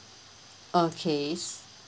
okay